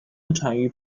产于